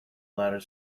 latter